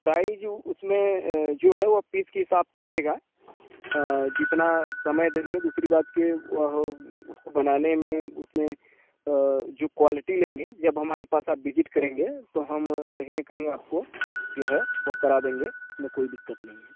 size उ उसमें जो है वह पीस के हिसाब से रहेगा जितना समय देंगे दूसरी बात की वह बनाने में उसेमें जो क्वालिटी लेंगे जब हमारे पास आप बिजिट करेंगे तो हम कहीं न कहीं आपको जो है वह करा देंगे उसमें कोई दिक्कत नहीं है